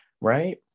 Right